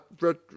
Red